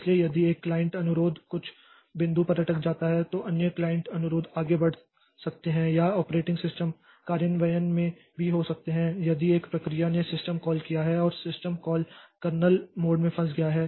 इसलिए यदि एक क्लाइंट अनुरोध कुछ बिंदु पर अटक जाता है तो अन्य क्लाइंट अनुरोध आगे बढ़ सकते हैं या एक ऑपरेटिंग सिस्टम कार्यान्वयन में भी हो सकते हैं यदि एक प्रक्रिया ने सिस्टम कॉल किया है और सिस्टम कॉल कर्नेल मोड में फँस गया है